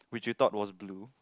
which you thought was blue